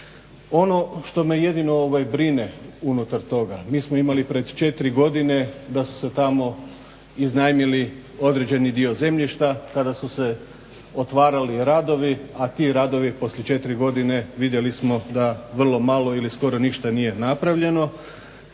Ono što me jedino ovaj brine unutar toga. Mi smo imali pred četiri godine da su se tamo iznajmili određeni dio zemljišta kada su se otvarali radovi, a ti radovi poslije četiri godine vidjeli smo da vrlo mali ili skoro ništa nije napravljeno